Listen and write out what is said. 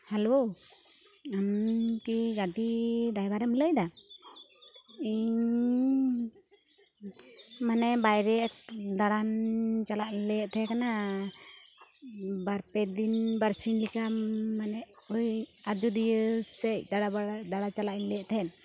hello ᱟᱢ ᱠᱤ ᱜᱟᱹᱰᱤ ᱰᱟᱭᱵᱟᱨᱮᱢ ᱞᱟᱹᱭᱮᱫᱟ ᱤᱧ ᱢᱟᱱᱮ ᱵᱟᱭᱨᱮ ᱫᱟᱬᱟᱱ ᱪᱟᱞᱟᱜ ᱤᱧ ᱞᱟᱹᱭᱮᱫ ᱛᱟᱦᱮᱸᱠᱟᱱᱟ ᱵᱟᱨ ᱯᱮ ᱫᱤᱱ ᱵᱟᱨ ᱥᱤᱧ ᱞᱮᱠᱟ ᱢᱟᱱᱮ ᱳᱭ ᱟᱡᱳᱫᱤᱭᱟᱹ ᱥᱮᱫ ᱫᱟᱬᱟ ᱵᱟᱲᱟᱭ ᱫᱟᱬᱟ ᱪᱟᱞᱟᱜ ᱤᱧ ᱞᱟᱹᱭᱮᱫ ᱛᱟᱦᱮᱸᱫ